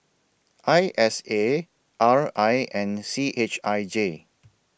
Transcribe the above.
I S A R I and C H I J